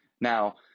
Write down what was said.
now